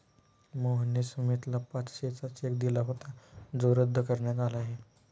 मोहनने सुमितला पाचशेचा चेक दिला होता जो रद्द करण्यात आला आहे